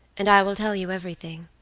and i will tell you everything.